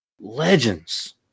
Legends